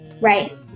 Right